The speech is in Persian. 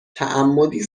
تعمدی